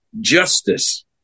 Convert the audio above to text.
justice